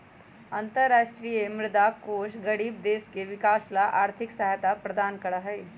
अन्तरराष्ट्रीय मुद्रा कोष गरीब देश के विकास ला आर्थिक सहायता प्रदान करा हई